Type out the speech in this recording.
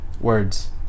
Words